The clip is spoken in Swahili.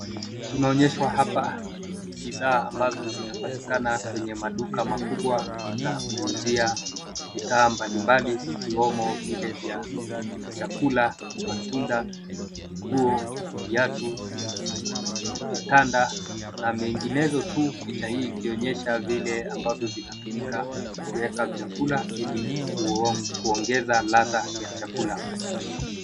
Tunaonyeshwa hapa bidhaa ambazo zinapatikana kwenye maduka makubwa za kuuzia bidhaa mbalimbali ikiwemo vile vya chakula, matunda, nguo, viatu, vitanda na menginezo tu picha hii ikionyeshwa vile ambavyo vinatumika kuweka vyakula ili kuongeza ladha ya chakula.